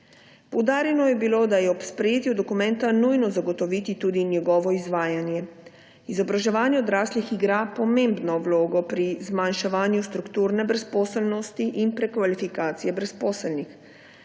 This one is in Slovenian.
Poudarjeno je bilo, da je ob sprejetju dokumenta nujno zagotoviti tudi njegovo izvajanje. Izobraževanje odraslih igra pomembno vlogo pri zmanjševanju strukturne brezposelnosti in prekvalifikacije brezposelnih.